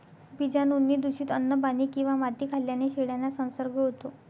बीजाणूंनी दूषित अन्न, पाणी किंवा माती खाल्ल्याने शेळ्यांना संसर्ग होतो